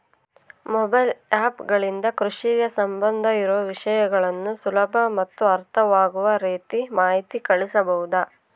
Mobile app ಗಳಿಂದ ಕೃಷಿಗೆ ಸಂಬಂಧ ಇರೊ ವಿಷಯಗಳನ್ನು ಸುಲಭ ಮತ್ತು ಅರ್ಥವಾಗುವ ರೇತಿ ಮಾಹಿತಿ ಕಳಿಸಬಹುದಾ?